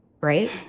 right